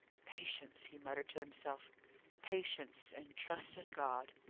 patience, he murmured to himself patience, and trust in god!